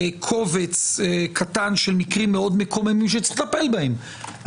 לקובץ קטן של מקרים מאוד מקוממים שצריך לטפל בהם,